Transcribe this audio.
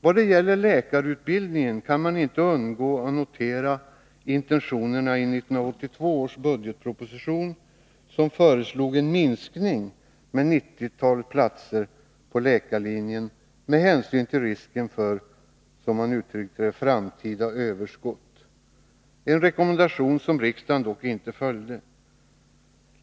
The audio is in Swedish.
Vad gäller läkäarutbildningen kan man inte undgå att notera intentionerna i 1982 års budgetproposition, som föreslog en minskning med 90 platser på läkarlinjen med hänsyn till risken för, som man uttryckte det, framtida överskott — en rekommendation som riksdagen dock inte följde.